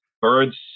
birds